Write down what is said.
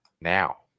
Now